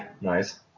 nice